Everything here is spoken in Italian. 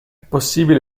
possibile